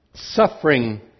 Suffering